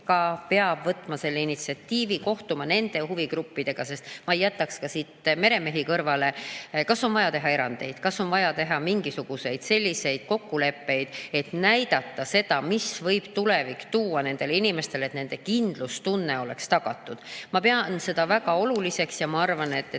peab võtma initsiatiivi, kohtuma huvigruppidega, sest ma ei jätaks siit ka meremehi kõrvale. Kas on vaja teha erandeid? Kas on vaja teha mingisuguseid kokkuleppeid, et näidata seda, mis võib tulevik tuua nendele inimestele, et nende kindlustunne oleks tagatud? Ma pean seda väga oluliseks ja arvan, et